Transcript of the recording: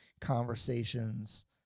conversations